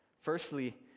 Firstly